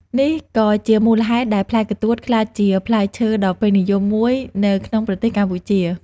នេះក៏ជាមូលហេតុដែលផ្លែកន្ទួតក្លាយជាផ្លែឈើដ៏ពេញនិយមមួយនៅក្នុងប្រទេសកម្ពុជា។